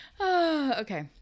Okay